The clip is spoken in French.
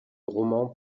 romans